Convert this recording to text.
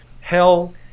hell